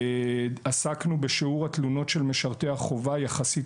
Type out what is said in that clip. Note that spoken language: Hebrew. עסקנו בשיעור התלונות של משרתי החובה יחסית